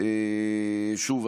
שוב,